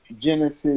Genesis